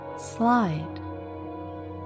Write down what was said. slide